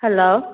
hello